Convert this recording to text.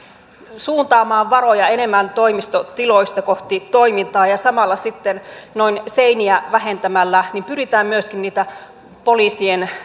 suuntaamaan varoja enemmän toimistotiloista kohti toimintaa ja samalla sitten noin seiniä vähentämällä pyritään myöskin niitä poliisien